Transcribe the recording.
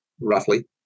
roughly